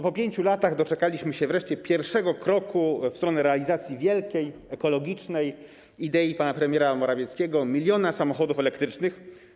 Po 5 latach doczekaliśmy się wreszcie pierwszego kroku w stronę realizacji wielkiej ekologicznej idei pana premiera Morawieckiego, 1 mln samochodów elektrycznych.